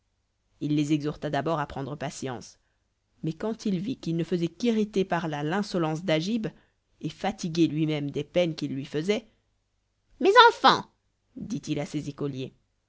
il les exhorta d'abord à prendre patience mais quand il vit qu'ils ne faisaient qu'irriter par là l'insolence d'agib et fatigué luimême des peines qu'il lui faisait mes enfants dit-il à ses écoliers